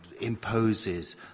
imposes